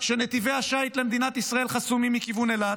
שנתיבי השיט למדינת ישראל חסומים לכיוון אילת.